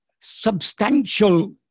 substantial